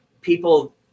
people